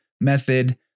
method